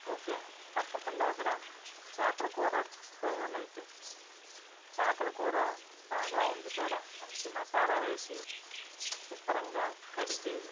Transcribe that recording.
okay తప్పకుండా అక్కడ చేపల కూర తీసుకోవాలి అయితే చేపల కూర బాగా వండుతాడా మంచి మసాలాలు వేసి శుభ్రంగా కడిగి